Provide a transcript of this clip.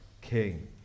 king